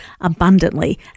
abundantly